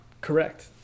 Correct